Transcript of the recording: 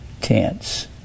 tense